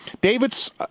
David's